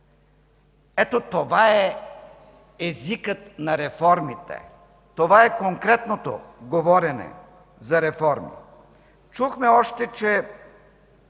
Ето това е езикът на реформите. Това е конкретното говорене за реформи. Чухме още, че